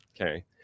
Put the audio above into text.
Okay